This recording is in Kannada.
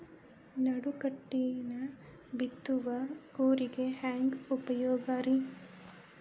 ನಡುಕಟ್ಟಿನ ಬಿತ್ತುವ ಕೂರಿಗೆ ಹೆಂಗ್ ಉಪಯೋಗ ರಿ?